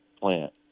plant